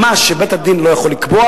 מה שבית-הדין לא יכול לקבוע,